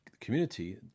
community